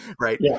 Right